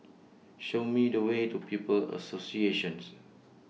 Show Me The Way to People's Associations